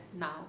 now